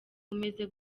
umeze